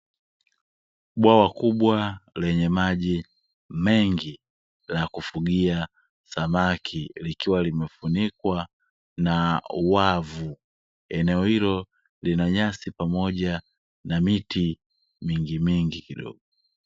Bwawa kubwa lenye maji mengi la kufugia samaki likiwa imefunikwa na wavu, eneo ilo lina nyasi pamoja na miti mingi mingi kidogo.